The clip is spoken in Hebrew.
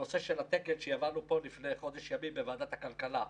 הנושא של התקן שהעברנו פה לפני חודש ימים בוועדת הכלכלה,